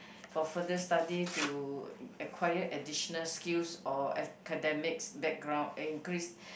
for further studies to acquire additional skills or academics background increase